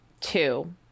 Two